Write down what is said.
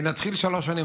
נתחיל שלוש שנים